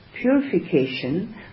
purification